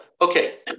okay